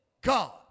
God